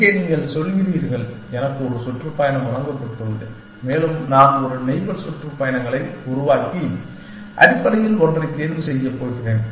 இங்கே நீங்கள் சொல்கிறீர்கள் எனக்கு ஒரு சுற்றுப்பயணம் வழங்கப்பட்டுள்ளது மேலும் நான் ஒரு நெய்பர் சுற்றுப்பயணங்களை உருவாக்கி அடிப்படையில் ஒன்றைத் தேர்வு செய்யப் போகிறேன்